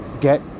get